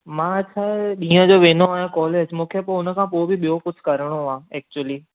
मां छा ॾींहं जो वेंदो मां कॉलेज मूंखे पोइ उन खां ॿियो बि कुझु करिणो आहे एक्चुली